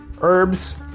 herbs